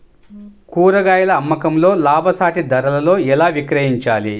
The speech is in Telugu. కూరగాయాల అమ్మకంలో లాభసాటి ధరలలో ఎలా విక్రయించాలి?